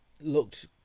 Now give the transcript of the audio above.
looked